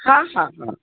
हा हा हा